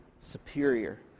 superior